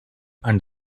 and